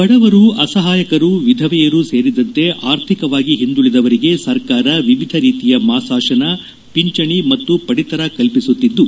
ಬಡವರು ಅಸಹಾಯಕರು ವಿಧವೆಯರು ಸೇರಿದಂತೆ ಆರ್ಥಿಕವಾಗಿ ಹಿಂದುಳಿದವರಿಗೆ ಸರ್ಕಾರ ವಿವಿಧ ರೀತಿಯ ಮಾಸಾಶನ ಪಿಂಚಣಿ ಮತ್ತು ಪಡಿತರ ಕಲ್ಪಿಸುತ್ತಿದ್ದು